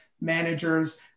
managers